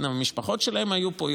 המשפחות שלהם היו פה,